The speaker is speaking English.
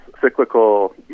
cyclical